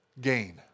gain